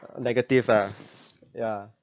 negative ah yeah